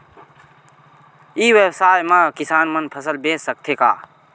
ई व्यवसाय म किसान मन फसल बेच सकथे का?